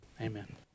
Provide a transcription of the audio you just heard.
Amen